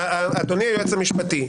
אדוני היועץ המשפטי,